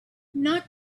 not